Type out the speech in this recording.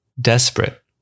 desperate